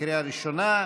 לקריאה ראשונה.